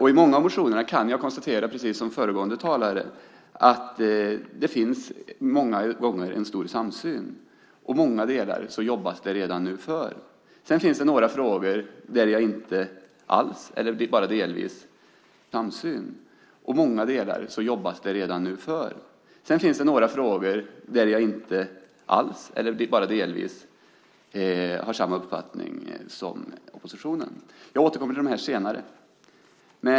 I många av motionerna kan jag konstatera precis som föregående talare att det många gånger finns en stor samsyn, och många delar jobbas det redan för. Sedan finns det några frågor där jag inte alls eller bara delvis har samma uppfattning som oppositionen. Jag återkommer till detta senare.